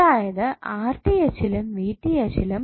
അതായത് യിലും യിലും